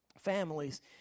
families